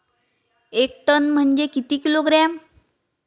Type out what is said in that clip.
एक टन म्हनजे किती किलोग्रॅम?